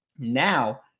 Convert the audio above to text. Now